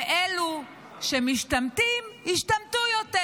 ואלו שמשתמטים ישתמטו יותר.